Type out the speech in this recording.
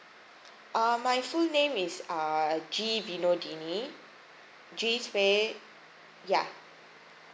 uh my full name is uh G vinodini G space ya